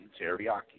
teriyaki